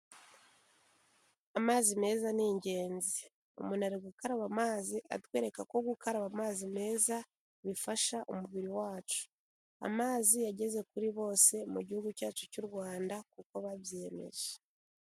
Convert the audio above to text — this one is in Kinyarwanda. Amazi meza ni ingenzi, umuntu ari gukaraba amazi atwereka ko gukaraba amazi meza bifasha umubiri wacu, amazi yageze kuri bose mu gihugu cyacu cy'u Rwanda kuko babyiyemeje.